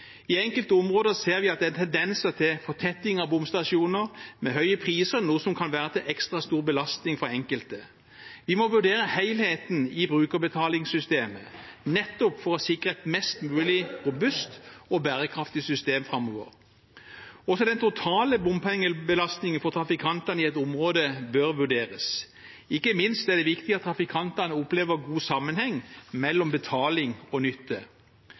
I enkelte områder ser vi at det er tendenser til fortetting av bomstasjoner med høye priser, noe som kan være til ekstra stor belastning for enkelte. Vi må vurdere helheten i brukerbetalingssystemet, nettopp for å sikre et mest mulig robust og bærekraftig system framover. Også den totale bompengebelastningen for trafikantene i et område bør vurderes. Ikke minst er det viktig at trafikantene opplever god sammenheng mellom betaling og nytte.